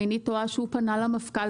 אם איני טועה שהוא פנה למפכ"ל,